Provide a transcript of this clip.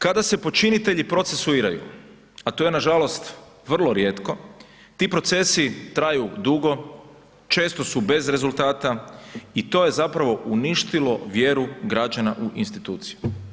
Kada se počinitelji procesuiraju, a to je nažalost vrlo rijetko, ti procesi traju dugo, često su bez rezultata i to je zapravo uništilo vjeru građana u institucije.